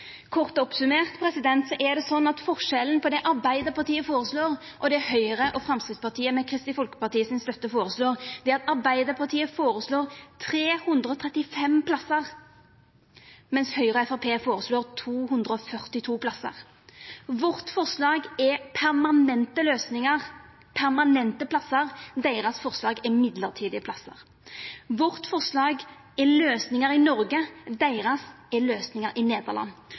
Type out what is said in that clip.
Kort summert opp er forskjellen på det Arbeidarpartiet føreslår, og det Høgre og Framstegspartiet, med støtte frå Kristeleg Folkeparti, føreslår, at Arbeidarpartiet føreslår 335 plassar, mens Høgre og Framstegspartiet føreslår 242 plassar. Vårt forslag er permanente løysingar, permanente plassar, deira forslag er mellombelse plassar. Vårt forslag er løysingar i Noreg, deira er løysingar i Nederland.